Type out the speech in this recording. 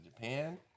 japan